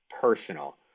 personal